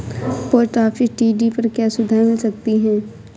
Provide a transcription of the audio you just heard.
Post office TD पर क्या सुविधाएँ मिल सकती है?